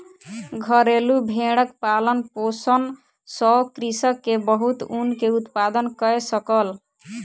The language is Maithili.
घरेलु भेड़क पालन पोषण सॅ कृषक के बहुत ऊन के उत्पादन कय सकल